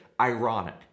ironic